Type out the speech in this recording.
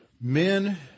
men